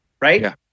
Right